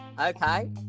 Okay